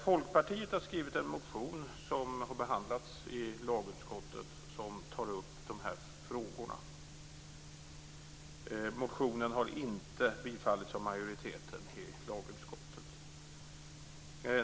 Folkpartiet har skrivit en motion som har behandlats i lagutskottet och där de här frågorna tas upp. Motionen har inte tillstyrkts av majoriteten i lagutskottet.